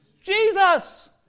Jesus